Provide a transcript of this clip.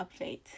update